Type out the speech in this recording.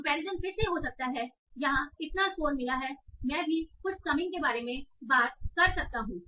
comparison फिर से हो सकता है यहां इतना स्कोर मिला है मैं भी कुछ समिंग के बारे में बात कर सकता हूं